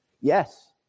yes